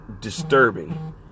disturbing